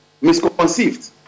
misconceived